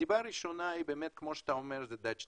סיבה ראשונה, כמו שאתה אומר, זו המחלה ההולנדית.